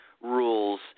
rules